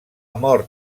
mort